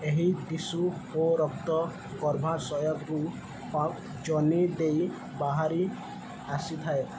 ଏହି ଟିଶୁ ଓ ରକ୍ତ ଗର୍ଭାଶୟାରୁ ଆଉ ଯୋନି ଦେଇ ବାହାରି ଆସିଥାଏ